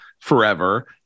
forever